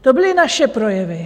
To byly naše projevy.